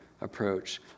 approach